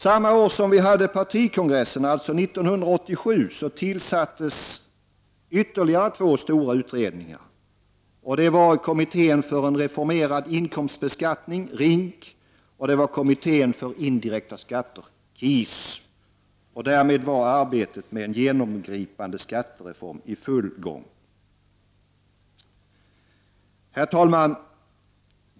Samma år som vi hade denna partikongress, alltså 1987, tillsattes ytterligare två stora utredningar. Det var kommittén för en reformerad inkomstbe 33 skattning, RINK, och kommittén för indirekta skatter, KIS. Därmed var arbetet med en genomgripande skattereform i full gång. Herr talman!